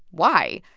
why?